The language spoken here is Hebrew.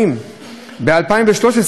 ב-2013 הוא אומר